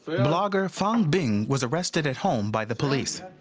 blogger fang bing was arrested at home by the police.